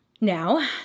Now